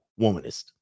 womanist